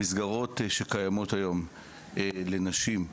המסגרות שקיימות היום לנשים,